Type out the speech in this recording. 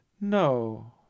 no